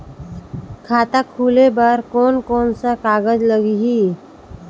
खाता खुले बार कोन कोन सा कागज़ लगही?